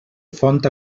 font